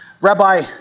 Rabbi